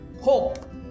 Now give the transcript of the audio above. hope